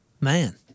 Man